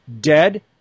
Dead